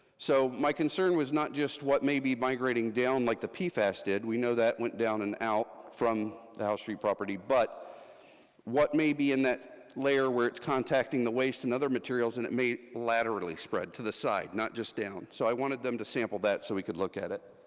so my concern was not just what may be migrating down, like the pfas did, we know that went down and out from the house street property, but what may be in that layer where it's contacting the waste and other materials, and it may laterally spread to the side, not just down. so i wanted them to sample that so we could look at it.